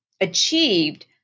achieved